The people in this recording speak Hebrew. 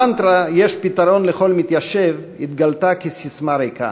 המנטרה "יש פתרון לכל מתיישב" התגלתה כססמה ריקה.